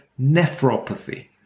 nephropathy